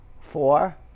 four